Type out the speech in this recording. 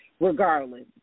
regardless